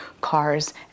cars